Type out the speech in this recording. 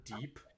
deep